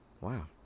Wow